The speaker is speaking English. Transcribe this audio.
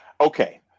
Okay